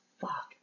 fuck